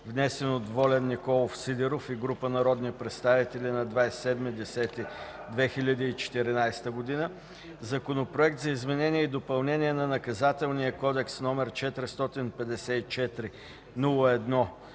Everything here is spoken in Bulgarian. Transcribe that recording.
внесен от Волен Николов Сидеров и група народни представители на 27 октомври 2014 г.; Законопроект за изменение и допълнение на Наказателния кодекс, № 454-01-24,